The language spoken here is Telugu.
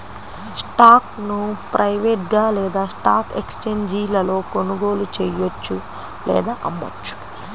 స్టాక్ను ప్రైవేట్గా లేదా స్టాక్ ఎక్స్ఛేంజీలలో కొనుగోలు చెయ్యొచ్చు లేదా అమ్మొచ్చు